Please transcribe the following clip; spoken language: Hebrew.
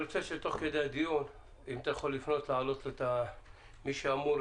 אני רוצה שתוך כדי הדיון תפנה ותעלה גם את מי שאמור